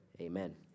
amen